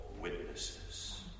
witnesses